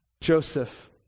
Joseph